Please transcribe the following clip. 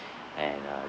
and